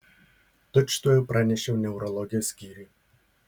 tučtuojau pranešiau neurologijos skyriui